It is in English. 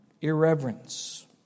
Irreverence